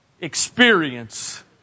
Experience